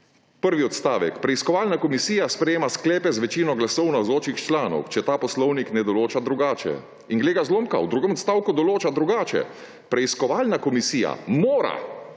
Prvi odstavek: »Preiskovalna komisija sprejema sklepe z večino glasov navzočih članov, če ta poslovnik ne določa drugače.« In glej ga zlomka, v drugem odstavku določa drugače: »Preiskovalna komisija mora